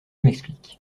m’explique